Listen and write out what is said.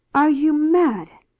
are you mad?